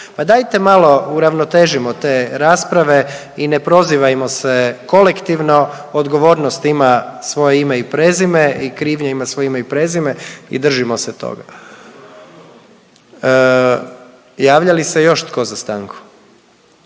Pa dajte malo uravnotežimo te rasprave i ne prozivajmo se kolektivno. Odgovornost ima svoje ime i prezime i krivnja ima svoje ime i prezime i držimo se toga. Javlja li se još tko za stanku?